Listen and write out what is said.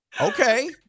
Okay